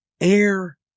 air